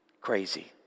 crazy